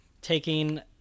taking